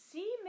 See